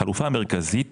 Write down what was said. החלופה המרכזית